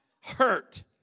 hurt